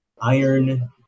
iron